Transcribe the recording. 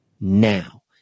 now